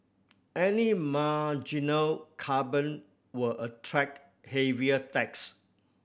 any marginal carbon will attract heavier tax